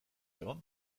zegoen